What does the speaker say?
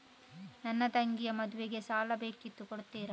ನನ್ನ ತಂಗಿಯ ಮದ್ವೆಗೆ ಸಾಲ ಬೇಕಿತ್ತು ಕೊಡ್ತೀರಾ?